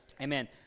Amen